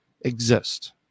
exist